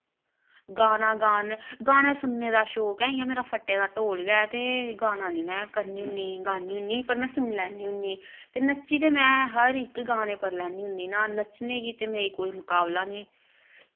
गाना गाने गाने सुनने दा शौक ऐ इ'यां मेरा फट्टे दा ढोल गै ते गाना निं मैं करनी होन्नी गानी होन्नी पर मैं सुनी लैनी होन्नी ते नच्ची ते मैं हर इक गाने पर लैन्नी होन्नी नां नच्चने गी ते मैं कोई मुकाबला निं